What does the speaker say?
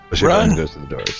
Run